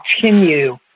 continue